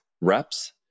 reps